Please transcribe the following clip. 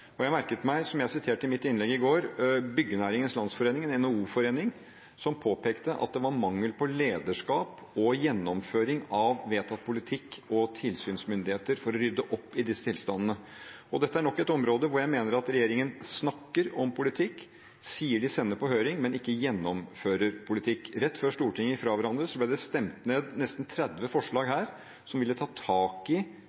helkriminalitet. Jeg merket meg, som jeg siterte i mitt innlegg i går, at Byggenæringens Landsforening, en NHO-forening, påpekte at det var mangel på lederskap og gjennomføring av vedtatt politikk og tilsynsmyndigheter for å rydde opp i disse tilstandene. Dette er nok et område hvor jeg mener at regjeringen snakker om politikk, sier de sender på høring, men ikke gjennomfører politikk. Rett før Stortinget gikk fra hverandre, ble det stemt ned nesten 30 forslag her som ville ta tak i